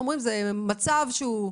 אומרים: זה מצב שהוא,